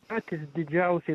patys didžiausiai